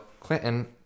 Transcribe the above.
Clinton